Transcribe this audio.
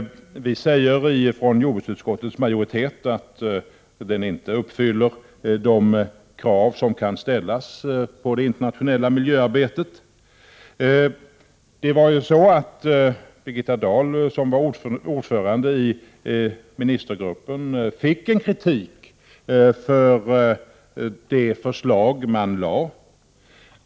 Jordbruksutskottets majoritet säger att denna plan inte uppfyller de krav som kan ställas på det internationella miljöarbetet. Birgitta Dahl, som var ordförande i ministergruppen, fick kritik för det förslag som lades fram.